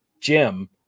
Jim